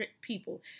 people